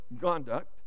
conduct